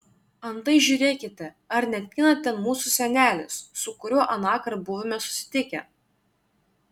antai žiūrėkite ar neateina ten mūsų senelis su kuriuo anąkart buvome susitikę